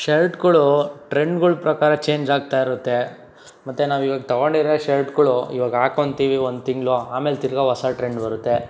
ಶರ್ಟ್ಗಳು ಟ್ರೆಂಡ್ಗಳ ಪ್ರಕಾರ ಚೇಂಜ್ ಆಗ್ತಾಯಿರುತ್ತೆ ಮತ್ತೆ ನಾವು ಇವಾಗ ತಗೊಂಡಿರೋ ಶರ್ಟ್ಗಳು ಇವಾಗ ಹಾಕ್ಕೋತೀವಿ ಒಂದು ತಿಂಗಳು ಆಮೇಲೆ ತಿರ್ಗ ಹೊಸ ಟ್ರೆಂಡ್ ಬರುತ್ತೆ